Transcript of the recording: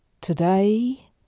today